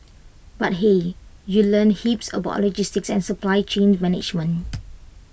but hey you learn heaps about logistics and supply chain management